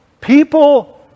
People